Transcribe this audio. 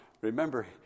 remember